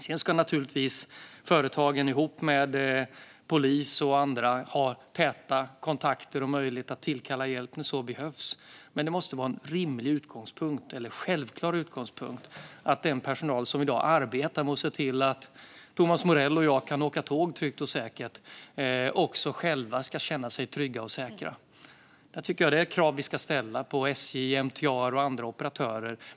Sedan ska naturligtvis företagen ihop med polis och andra ha täta kontakter och möjlighet att tillkalla hjälp när så behövs, men det måste vara en självklar utgångspunkt att den personal som i dag arbetar med att se till att Thomas Morell och jag kan åka tåg tryggt och säkert också själva ska känna sig trygga och säkra. Det tycker jag är ett krav vi ska ställa på SJ, MTR och andra operatörer.